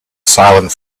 silent